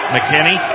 McKinney